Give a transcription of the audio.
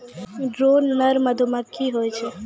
drone नर मधुमक्खी होय छै